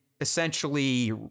essentially